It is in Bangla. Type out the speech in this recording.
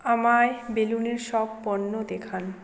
আমায় বেলুনের সব পণ্য দেখান